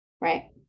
right